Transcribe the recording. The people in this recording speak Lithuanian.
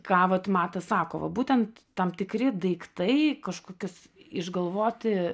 ką vat matas sako va būtent tam tikri daiktai kažkokius išgalvoti